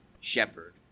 shepherd